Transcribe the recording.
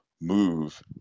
move